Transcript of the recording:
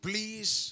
Please